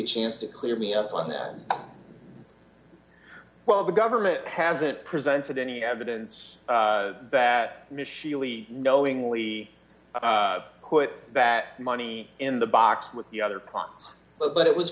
a chance to clear me up on that well the government hasn't presented any evidence that miss sheely knowingly put that money in the box with the other pots but it was